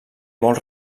molt